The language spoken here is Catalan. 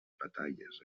batalles